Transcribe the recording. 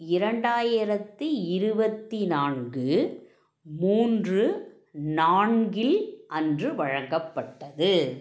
இரண்டாயிரத்தி இருபத்தி நான்கு மூன்று நான்கு இல் அன்று வழங்கப்பட்டது